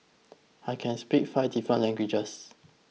I can speak five different languages